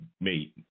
meet